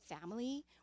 family